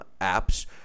apps